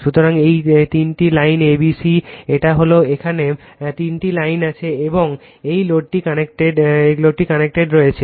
সুতরাং এই তিনটি লাইন a b c এটা হল এখানে তিনটি লাইন আছে এবং এই লোডগুলি কানেক্টড রয়েছে